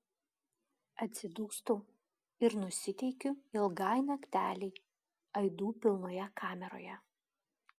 atsidūstu ir nusiteikiu ilgai naktelei aidų pilnoje kameroje